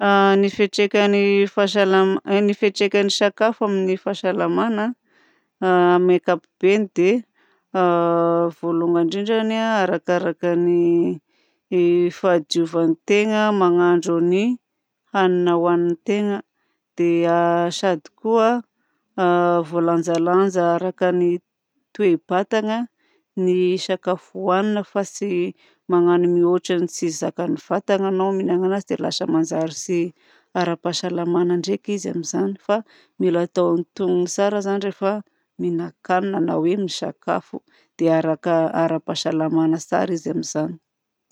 Ny fiantraikan'ny fahasalamana- ny fiantraikan'ny sakafo amin'ny fahasalamana amin'ny ankapobeny dia voalohany indrindrany arakaraka ny fahadiovan'ny tegna mahandro ny hanina ohanin'ny tegna dia sady koa voalanjalanja araka ny toe-batana ny sakafo ohanina fa tsy magnano mihoatra ny tsy zaka ny vatagna dia lasa manjary tsy ara-pahasalamana ndraiky izy amin'izany. Fa mila atao antonony tsara rehefa mihinan-kanina na hoe misakafo dia araka ara-pahasalamana tsara izy amin'izany.